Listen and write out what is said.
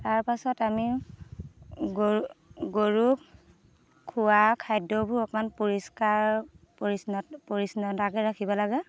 তাৰ পাছত আমি গৰু গৰুক খোৱা খাদ্যবোৰ অকণমান পৰিষ্কাৰ পৰিচ্ছন্নতা পৰিচ্ছন্নতাকৈ ৰাখিব লাগে